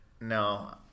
no